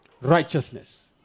Righteousness